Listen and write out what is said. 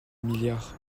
milliards